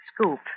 Scoop